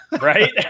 Right